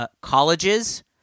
colleges